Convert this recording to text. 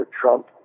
Trump